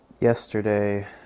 Yesterday